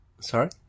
sorry